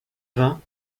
vain